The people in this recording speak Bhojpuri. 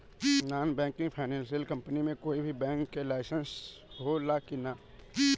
नॉन बैंकिंग फाइनेंशियल कम्पनी मे कोई भी बैंक के लाइसेन्स हो ला कि ना?